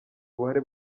buhari